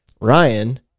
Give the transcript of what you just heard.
Ryan